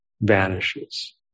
vanishes